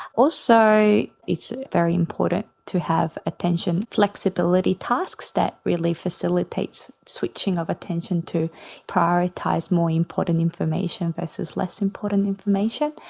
also it's very important to have attention flexibility tasks that really facilitates switching of attention to prioritise more important information versus less important information.